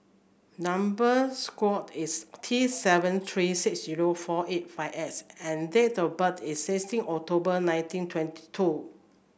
number square is T seven three six zero four eight five S and date of birth is sixteen October nineteen twenty two